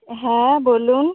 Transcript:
হ্যাঁ বলুন